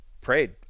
prayed